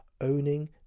owning